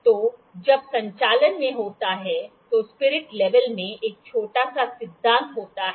तो जब संचालन में होता है तो स्पिरिट लेवल में एक छोटा सा सिद्धांत होता है